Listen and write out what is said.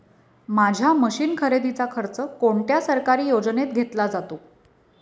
माझ्या मशीन खरेदीचा खर्च कोणत्या सरकारी योजनेत घेतला जातो?